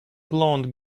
blonde